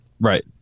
Right